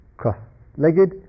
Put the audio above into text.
cross-legged